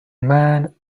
man